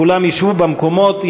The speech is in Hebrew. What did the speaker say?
כולם ישבו במקומות,